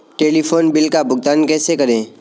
Telephone bill का भुगतान कैसे करें?